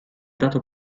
dato